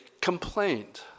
complained